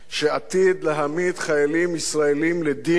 שעתיד להעמיד חיילים ישראלים לדין,